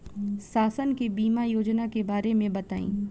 शासन के बीमा योजना के बारे में बताईं?